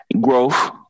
growth